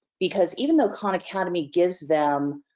because even though khan academy gives them